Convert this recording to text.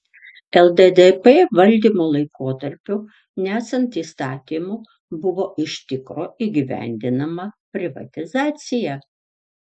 lddp valdymo laikotarpiu nesant įstatymų buvo iš tikro įgyvendinama privatizacija